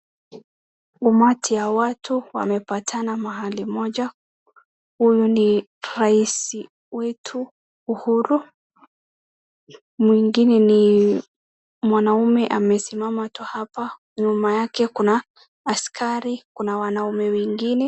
Umati ya watu wamepata mahali moja. Huyu ni rais wetu Uhuru mwingine ni mwanaume amesimama tu hapa. Nyuma yake kuna askari, kuna wanaume wengine.